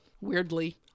Weirdly